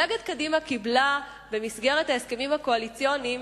מפלגת קדימה קיבלה במסגרת ההסכמים הקואליציוניים,